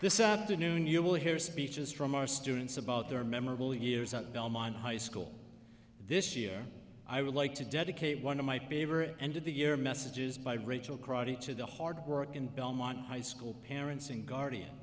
this afternoon you will hear speeches from our students about their memorable years at belmont high school this year i would like to dedicate one of my favorite end of the year messages by rachel crowdy to the hard work in belmont high school parents and guardian